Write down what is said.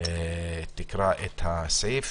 תקרא את הסעיף,